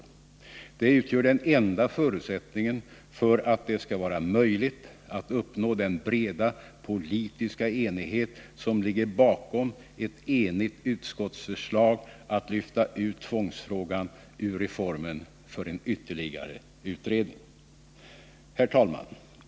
Endast under denna förutsättning kan man bibehålla den breda politiska enighet som ligger bakom ett enigt utskottsförslag om att lyfta ut tvångsfrågan ur reformen för en ytterligare utredning. Herr talman!